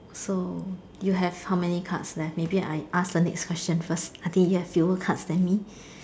so you have how many cards left maybe I ask the next question first I think yes you worked hard fanny